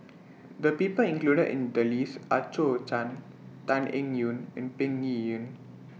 The People included in The list Are Zhou Can Tan Eng Yoon and Peng Yuyun